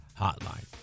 Hotline